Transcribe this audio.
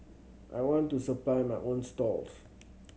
I want to supply my own stalls